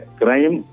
crime